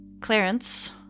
Clarence